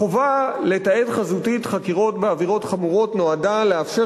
החובה לתעד חזותית חקירות בעבירות חמורות נועדה לאפשר